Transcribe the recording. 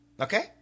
Okay